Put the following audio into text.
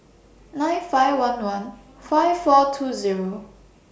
nine five one one five four two Zero